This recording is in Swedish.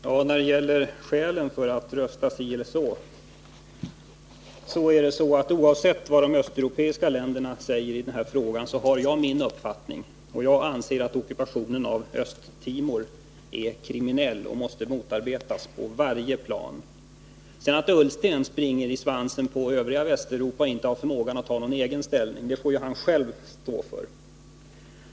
Fru talman! När det gäller skälen för att rösta si eller så har jag min uppfattning oavsett vad de östeuropeiska länderna säger i den här frågan. Jag anser att ockupationen av Östtimor är kriminell och att den måste motarbetas på varje plan. Att sedan Ola Ullsten springer i svansen på det övriga Västeuropa och inte har förmåga att ta någon egen ställning får ju han själv stå för.